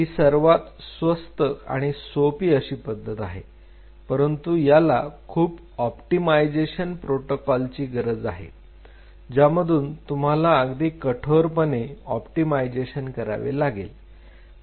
ही सर्वात स्वस्त आणि सोपी अशी पद्धत आहे परंतु याला खूप ऑप्टिमाइझशन प्रोटोकॉल ची गरज आहे ज्यामधून तुम्हाला अगदी कठोरपणे ऑप्टिमाइझशन करावे लागेल